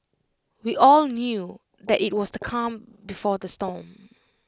we all knew that IT was the calm before the storm